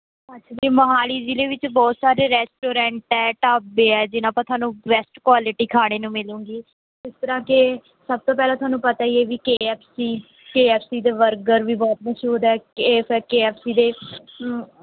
actually Mohali ਜ਼ਿਲ੍ਹੇ ਵਿੱਚ ਬਹੁਤ ਸਾਰੇ ਰੈਸਟੋਰੈਂਟ ਹੈ ਢਾਬੇ ਹੈ ਜਿਹਨਾਂ ਪਰ ਤੁਹਾਨੂੰ ਬੈਸਟ ਕੁਐਲਿਟੀ ਖਾਣੇ ਨੂੰ ਮਿਲੂੰਗੀ ਜਿਸ ਤਰ੍ਹਾਂ ਕਿ ਸਭ ਤੋਂ ਪਹਿਲਾਂ ਤੁਹਾਨੂੰ ਪਤਾ ਹੀ ਹੈ ਵੀ K F C K F C ਦੇ ਬਰਗਰ ਵੀ ਬਹੁਤ ਮਸ਼ਹੂਰ ਹੈ F A K F C ਦੇ